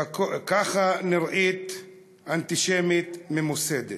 ככה נראית אנטישמיות ממוסדת,